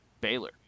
Baylor